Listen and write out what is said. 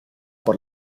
por